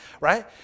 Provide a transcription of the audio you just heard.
right